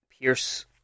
pierce